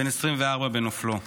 בן 24 בנופלו.